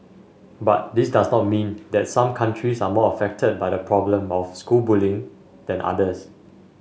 but this does not mean that some countries are more affected by the problem of school bullying than others